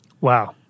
Wow